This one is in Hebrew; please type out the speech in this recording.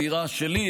הדירה שלי,